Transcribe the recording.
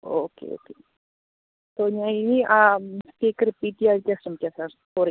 okay okay അപ്പോൾ ഞാൻ ഇനി ആ മിസ്റ്റേക്ക് റിപ്പീറ്റ് ചെയ്യാതിരിക്കാൻ ശ്രമിക്കാം സാർ സോറി